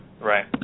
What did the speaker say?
Right